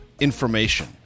information